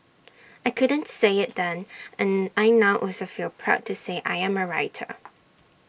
I couldn't say IT then and I now also feel proud to say I am A writer